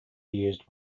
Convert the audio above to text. used